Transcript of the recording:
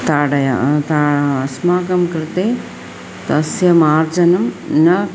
ताडयति तत् अस्माकं कृते तस्य मार्जनं न